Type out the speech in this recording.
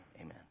Amen